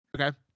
Okay